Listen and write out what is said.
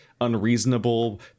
unreasonable